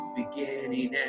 beginning